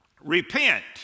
Repent